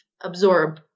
absorb